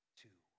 two